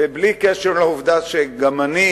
ובלי קשר לעובדה שגם לי